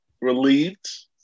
relieved